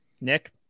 nick